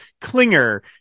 Klinger